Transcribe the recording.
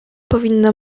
powinna